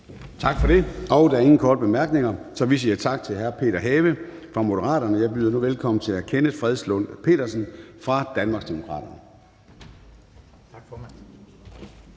Gade): Der er ingen korte bemærkninger, så vi siger tak til hr. Peter Have fra Moderaterne. Jeg byder nu velkommen til hr. Kenneth Fredslund Petersen fra Danmarksdemokraterne. Kl.